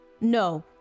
No